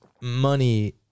money